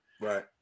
Right